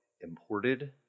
imported